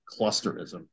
clusterism